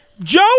Joe